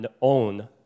own